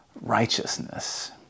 Righteousness